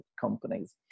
companies